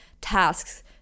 tasks